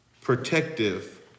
protective